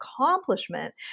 accomplishment